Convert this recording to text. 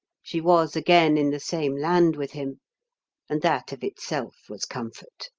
she was again in the same land with him and that of itself was comfort.